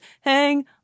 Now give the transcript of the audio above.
hang